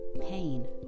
pain